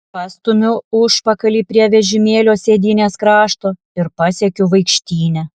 pastumiu užpakalį prie vežimėlio sėdynės krašto ir pasiekiu vaikštynę